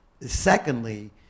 Secondly